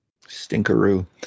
Stinkeroo